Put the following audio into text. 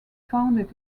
founded